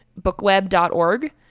bookweb.org